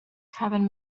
carbon